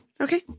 Okay